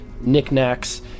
knickknacks